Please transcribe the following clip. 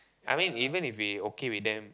I mean even if he okay with them